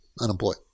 unemployed